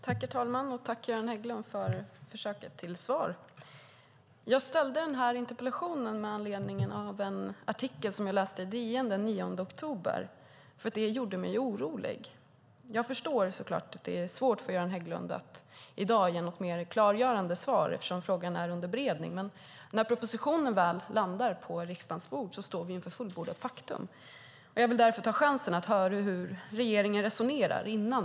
Herr talman! Tack för försöket till svar, Göran Hägglund! Jag ställde den här interpellationen med anledning av en artikel i DN den 9 oktober eftersom den gjorde mig orolig. Jag förstår så klart att det är svårt för Göran Hägglund att i dag ge något mer klargörande svar eftersom frågan är under beredning, men när propositionen väl landar på riksdagens bord står vi ju inför fullbordat faktum. Jag vill därför ta chansen att innan dess höra hur regeringen resonerar.